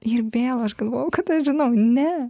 ir vėl aš galvojau kad aš žinau ne